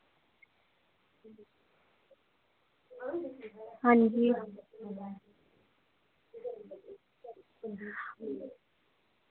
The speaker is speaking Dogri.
हां जी